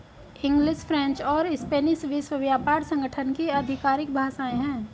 English, French और Spanish विश्व व्यापार संगठन की आधिकारिक भाषाएं है